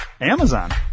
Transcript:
Amazon